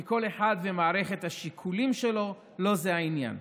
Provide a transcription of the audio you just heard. כי כל אחד ומערכת השיקולים שלו, לא זה העניין,